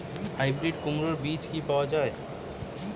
Hybrid কুমড়ার বীজ কি পাওয়া য়ায়?